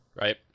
Right